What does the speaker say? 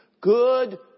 good